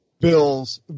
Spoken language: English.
Bills